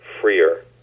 freer